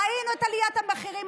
ראינו את עליית המחירים.